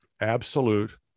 Absolute